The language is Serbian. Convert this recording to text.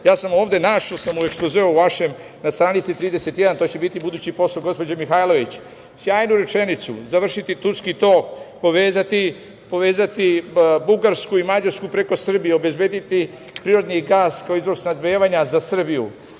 sam ovde u vašem ekspozeu na stranici 31, to će biti budući posao gospođe Mihajlović, sjajnu rečenicu - završiti turski tok, povezati Bugarsku i Mađarsku preko Srbije, obezbediti prirodni gas kao izvor snabdevanja za Srbiju.